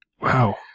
Wow